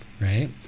right